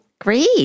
great